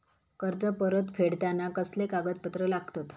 कर्ज परत फेडताना कसले कागदपत्र लागतत?